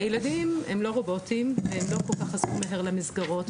הילדים הם לא רובוטים והם לא כל כך חזרו מהר למסגרות.